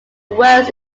worst